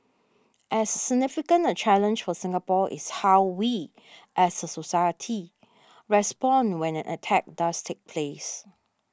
as significant a challenge for Singapore is how we as a society respond when an attack does take place